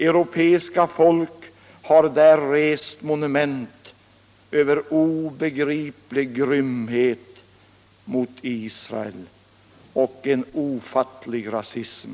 Europeiska folk har där rest monument över obegriplig grymhet mot Israel och en ofattlig rasism.